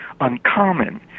uncommon